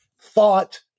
thought